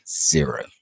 zero